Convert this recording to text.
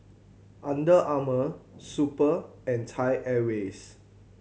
Under Armour Super and Thai Airways